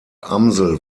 amsel